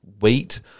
wait